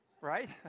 Right